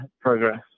progress